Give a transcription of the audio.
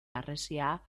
harresia